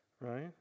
right